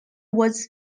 was